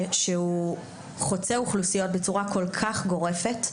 שהוא חוצה אוכלוסיות בצורה כל כך גורפת,